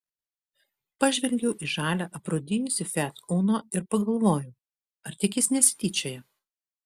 pažvelgiau į žalią aprūdijusį fiat uno ir pagalvojau ar tik jis nesityčioja